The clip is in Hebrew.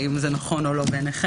אם זה נכון או לא בעיניכם.